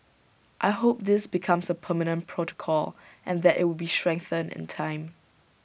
I hope this becomes A permanent protocol and that IT would be strengthened in time